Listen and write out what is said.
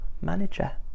manager